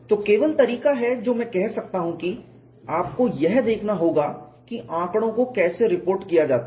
तो केवल तरीका है जो मैं कह सकता हूं कि आपको यह देखना होगा कि आंकड़ों को कैसे रिपोर्ट किया जाता है